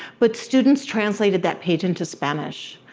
but students translated that page into spanish.